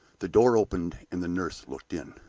the door opened and the nurse looked in.